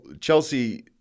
Chelsea